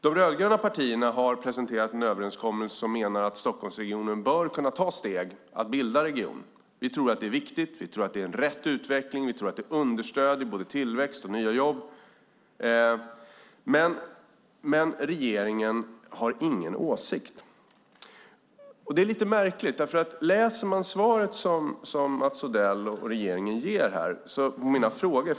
De rödgröna partierna har presenterat en överenskommelse där vi menar att Stockholmsregionen bör kunna ta steg att bilda regionen. Vi tror att det är viktigt och en rätt utveckling som understöder både tillväxt och nya jobb. Men regeringen har ingen åsikt. Det är lite märkligt. Man kan läsa i svaret från Mats Odell på mina frågor.